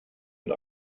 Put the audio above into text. und